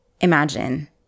Imagine